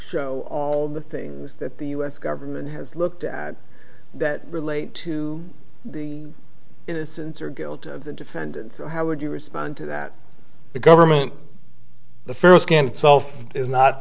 show all the things that the u s government has looked at that relate to the innocence or guilt of the defendant so how would you respond to that the government the first game itself is not